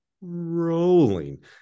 rolling